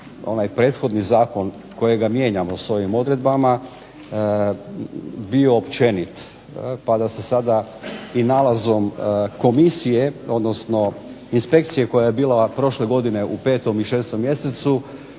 onaj prethodni zakon kojega mijenjamo sa ovim odredbama bio općenit, pa da se sada i nalazom komisije, odnosno inspekcije koja je bila prošle godine u petom i šestom mjesecu